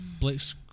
blitz